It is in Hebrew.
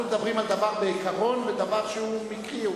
אנחנו מדברים בעיקרון בדבר שהוא מקרי.